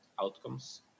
outcomes